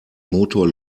motor